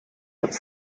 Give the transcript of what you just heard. but